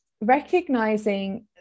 recognizing